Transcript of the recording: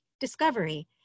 discovery